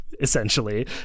essentially